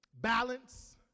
Balance